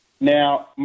Now